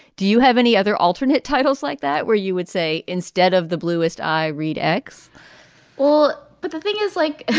do you have any other alternate titles like that where you would say instead of the bluest, i read x or but the thing is, like,